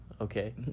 Okay